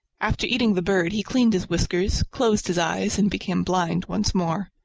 after eating the bird, he cleaned his whiskers, closed his eyes, and became blind once more.